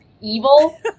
evil